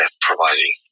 providing